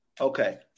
okay